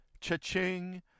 Cha-ching